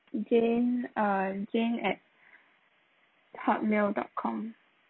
jane uh jane at hotmail dot com